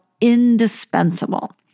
indispensable